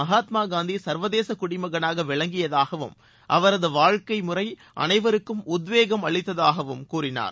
மகாத்மா காந்தி சா்வதேச குடிமகனாக விளங்கியதாகவும் அவரது வாழ்க்கை முறை அனைவருக்கும் உத்வேகம் அளித்ததாகவும் கூறினார்